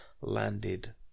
landed